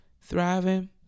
Thriving